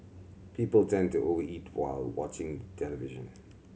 people tend to over eat while watching the television